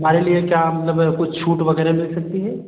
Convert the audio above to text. हमारे लिए क्या मतलब कुछ छूट वगैरह मिल सकती है